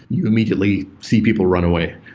you immediately see people run away.